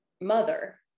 mother